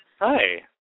Hi